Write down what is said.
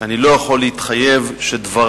אני לא יכול להתחייב שדברי,